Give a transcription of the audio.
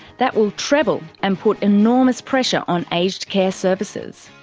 that will treble and put enormous pressure on aged care services.